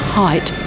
height